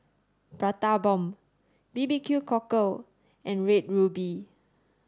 Prata Bomb B B Q Cockle and red ruby